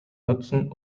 nutzen